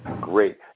Great